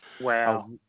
Wow